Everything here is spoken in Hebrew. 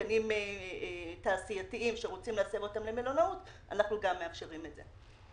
מתקנים תעשייתיים שרוצים להסב אותם למלונאות ואנחנו גם מאפשרים את זה.